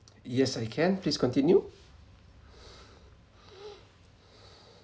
yes I can please continue